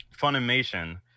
Funimation